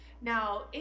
Now